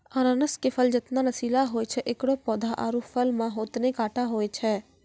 अनानस के फल जतना रसीला होय छै एकरो पौधा आरो फल मॅ होतने कांटो होय छै